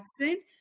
accent